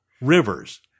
Rivers